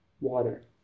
water